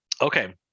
Okay